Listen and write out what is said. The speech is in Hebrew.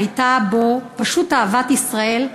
הייתה בו פשוט אהבת ישראל,